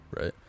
right